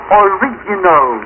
original